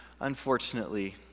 unfortunately